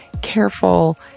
careful